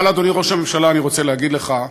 אבל, אדוני ראש הממשלה, אני רוצה להגיד לך: